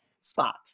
spot